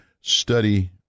study